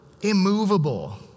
immovable